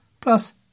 plus